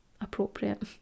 appropriate